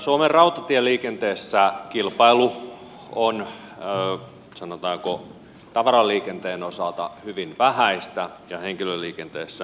suomen rautatieliikenteessä kilpailu on sanotaanko tavaraliikenteen osalta hyvin vähäistä ja henkilöliikenteessä olematonta